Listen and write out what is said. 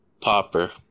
Popper